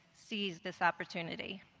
seize this opportunity.